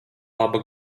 laba